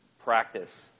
practice